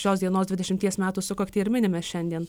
šios dienos dvidešimties metų sukaktį ir minime šiandien